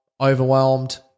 overwhelmed